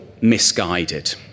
misguided